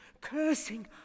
cursing